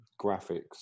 graphics